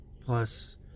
plus